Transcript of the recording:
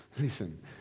Listen